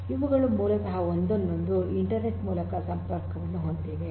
ಇವುಗಳು ಮೂಲತಃ ಒಂದನ್ನೊಂದು ಇಂಟರ್ನೆಟ್ ಮೂಲಕ ಸಂಪರ್ಕವನ್ನು ಹೊಂದಿವೆ